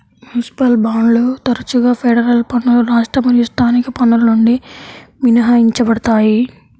municipal బాండ్లు తరచుగా federal పన్నులు రాష్ట్ర మరియు స్థానిక పన్నుల నుండి మినహాయించబడతాయి